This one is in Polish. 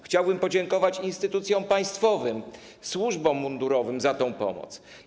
Chciałbym podziękować instytucjom państwowym, służbom mundurowym za tę pomoc.